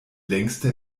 längste